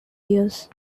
years